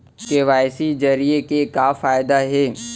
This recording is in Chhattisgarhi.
के.वाई.सी जरिए के का फायदा हे?